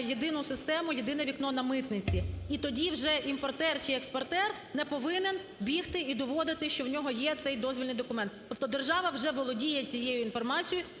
єдину систему, в "єдине вікно" на митниці. І тоді вже імпортер чи експортер не повинен бігти і доводити, що в нього є цей дозвільний документ. Тобто держава вже володіє цією інформацією